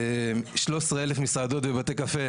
13,000 מסעדות ובתי קפה